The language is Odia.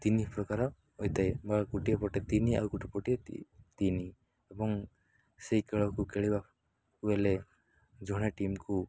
ତିନି ପ୍ରକାର ହୋଇଥାଏ ବା ଗୋଟିଏ ପଟେ ତିନି ଆଉ ଗୋଟେ ପଟେ ତିନି ଏବଂ ସେଇ ଖେଳକୁ ଖେଳିବାକୁ ହେଲେ ଜଣେ ଟିମ୍କୁ